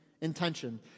intention